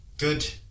Good